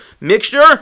mixture